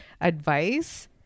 advice